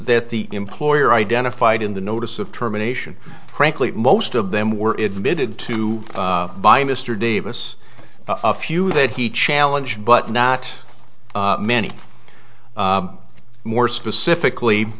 that the employer identified in the notice of terminations frankly most of them were admitted to by mr davis a few that he challenged but not many more specifically